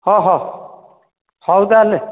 ହଁ ହଁ ହଉ ତାହେଲେ